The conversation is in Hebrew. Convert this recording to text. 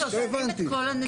לא הבנתי.